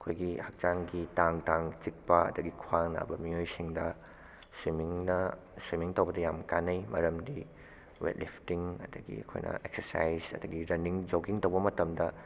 ꯑꯩꯈꯣꯏꯒꯤ ꯍꯛꯆꯥꯡꯒꯤ ꯇꯥꯡ ꯇꯥꯡ ꯆꯤꯛꯄ ꯑꯗꯒꯤ ꯈ꯭ꯋꯥꯡ ꯅꯥꯕ ꯃꯤꯑꯣꯏ ꯁꯤꯡꯗ ꯁ꯭ꯋꯤꯃꯤꯡꯅ ꯁ꯭ꯋꯤꯃꯤꯡ ꯇꯧꯕꯗ ꯌꯥꯝ ꯀꯥꯟꯅꯩ ꯃꯔꯝꯗꯤ ꯋꯦꯠ ꯂꯤꯐꯇꯤꯡ ꯑꯗꯒꯤ ꯑꯩꯈꯣꯏꯅ ꯑꯦꯛꯁꯔꯁꯥꯏꯁ ꯑꯗꯒꯤ ꯔꯟꯅꯤꯡ ꯖꯣꯒꯤꯡ ꯇꯧꯕ ꯃꯇꯝꯗ